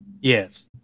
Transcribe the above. Yes